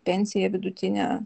pensija vidutinę